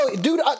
dude